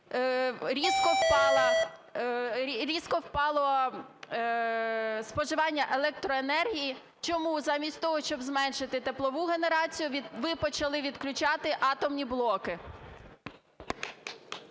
різко впало споживання електроенергії, чому замість того, щоб зменшити теплову генерацію, ви почали відключати атомні блоки?